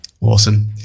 Awesome